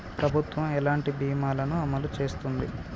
ప్రభుత్వం ఎలాంటి బీమా ల ను అమలు చేస్తుంది?